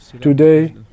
Today